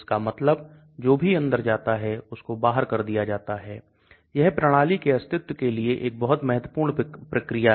यह सभी रूपों में सांद्रता पर विचार करता है आयनिक रूप में कंपाउंड गैर आयनिक रूप में कंपाउंड इत्यादि